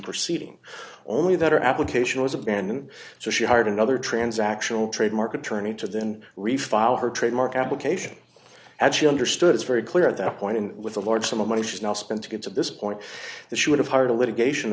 proceeding only that her application was abandoned so she hired another transactional trademark attorney to then refile her trademark application had she understood it's very clear at that point and with a large sum of money she's now spent to get to this point that she would have hired a litigation